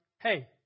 hey